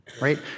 Right